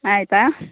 ಆಯಿತಾ